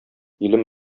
илем